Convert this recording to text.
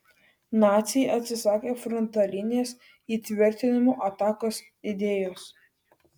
naciai atsisakė frontalinės įtvirtinimų atakos idėjos